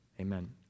Amen